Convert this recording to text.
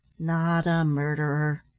not a murderer,